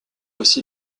aussi